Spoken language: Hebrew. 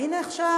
והנה עכשיו